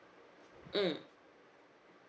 mm